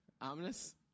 Ominous